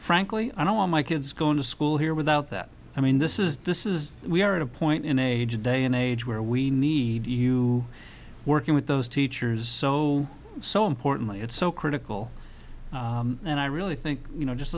frankly i know my kids going to school here without that i mean this is this is we are at a point in age day in age where we need you working with those teachers so so importantly it's so critical and i really think you know just